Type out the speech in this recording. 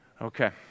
Okay